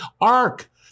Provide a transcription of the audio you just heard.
ark